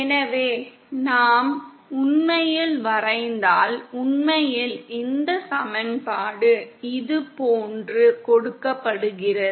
எனவே நாம் உண்மையில் வரைந்தால் உண்மையில் இந்த சமன்பாடு இதுபோன்று கொடுக்கப்படுகிறது